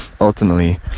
ultimately